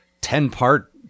ten-part